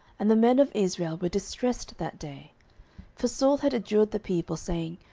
and the men of israel were distressed that day for saul had adjured the people, saying,